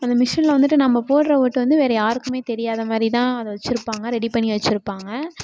அந்த மிஷினில் வந்துட்டு நம்ம போடுற ஓட்டு வந்து வேறு யாருக்குமே தெரியாத மாதிரி தான் அதை வெச்சுருப்பாங்க ரெடி பண்ணி வெச்சுருப்பாங்க